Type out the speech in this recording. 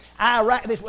Iraq